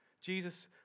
Jesus